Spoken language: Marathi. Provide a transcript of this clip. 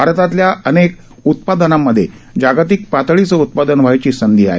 भारतातल्या अनेक उत्पादनांमधे जागतिक पातळीचं उत्पादन व्हायची संधी आहे